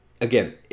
again